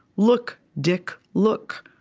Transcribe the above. look, dink, look.